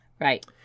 Right